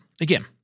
Again